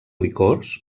licors